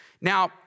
Now